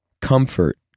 Comfort